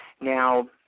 Now